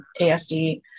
ASD